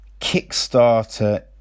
Kickstarter